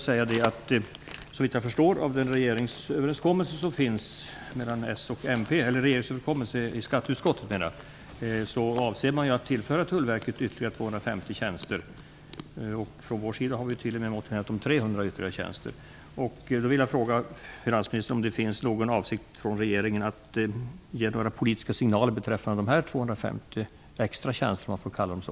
Såvitt jag förstår av den överenskommelse som träffats i skatteutskottet mellan s och mp avser man att tillföra Tullverket ytterligare 250 tjänster. Från Centerns sida har vi tydligen motionerat om 300 ytterligare tjänster. Jag vill fråga finansministern om det finns någon avsikt från regeringen att ge några politiska signaler beträffande dessa 250 extra tjänsterna, om jag får kalla dem så.